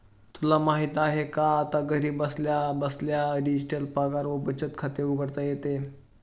तुला माहित आहे का? आता घरी बसल्या बसल्या डिजिटल पगार व बचत खाते उघडता येते